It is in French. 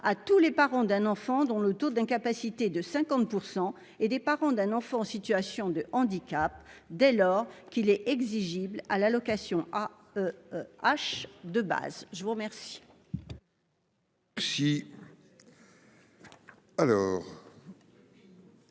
à tous les parents d'un enfant dont le taux d'incapacité est de 50 % et des parents d'un enfant en situation de handicap, dès lors qu'il est éligible à l'AEEH de base. Quel